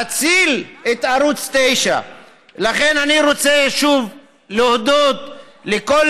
להציל את ערוץ 9. לכן אני רוצה שוב להודות לכל